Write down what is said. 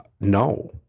no